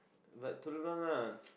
but Telok-Blangah